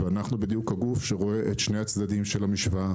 ואנחנו בדיוק הגוף שרואה את שני הצדדים של המשוואה